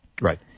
Right